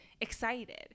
excited